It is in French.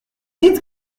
dites